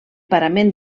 parament